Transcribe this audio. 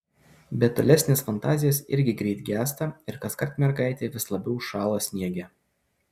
bet tolesnės fantazijos irgi greit gęsta ir kaskart mergaitė vis labiau šąla sniege